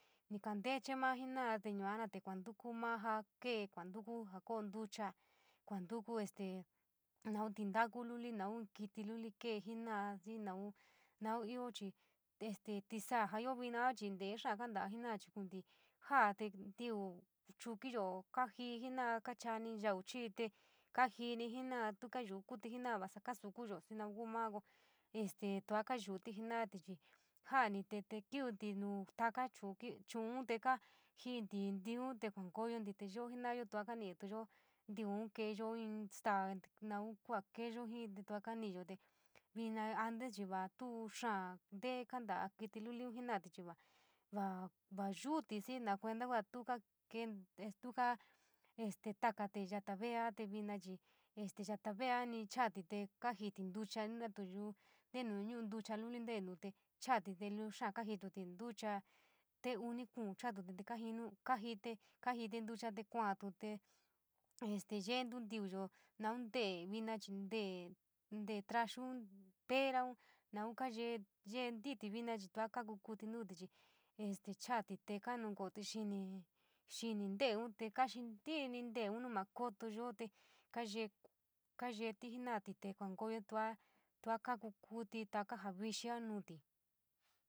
Ni kanteche ma jií naa te yuona te kuantuku ma jaa kee, kuantuku jaa koo ntucha, kuantuku este naun tintoko luli naun kiti luli kee jena’a jii naun naun ioo chii, te este tisaa jaa ioo vinaa chii nten xóó kandoa jena chii; konte jaa te ntiiu chukiyo kaa jii jena’a kachaoní yau chii te kajinu jeno’os, to kayuu kuití jenoloa vasor kasokuyo, xii noun koo mao ko este tuaa kayuuti jenaá te joni’té te kúti’tí nou taka chuki ahuun te kajintí ntiu’un, te kuankoyontí te yoo jenalayo tuo kanityoo nitiún keeyo jii tinstaa, naun kua keeyo jii tuaa kaniyo te viina onte chii va tu xóó ntee kandoa kiti luliun jina’tí chii va, va, vayutí xii no kuenta kua tu ka kan’lu kaa este takotí yata areya te úma chii esta yata vea np chaotí tee kagitá te ntucha natu yuo ntinu núú ntucha luli ntenu te chaatí te luvu xóó kajinú ndúcha stee uni, kuun fatutí te kajinu kajití te kajití te ndúcha kualu’té te. Este yeentu nluyo naun ntee viina chii tee, te’e troznoun pera, naun kayee yeentí viina chii tua kaku kutí’tí nutí chii; este chodi te te kañunkoo’e xin’, xiní teleun te kaxintíiní nu ma kotoyo te kayee kayetí jina’atí te kuankoyo tua, tua kaku kuítí taka jaa vixii nutí.